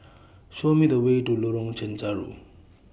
Show Me The Way to Lorong Chencharu